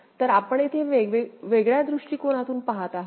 तर आपण येथे वेगळ्या दृष्टिकोनातून पाहत आहोत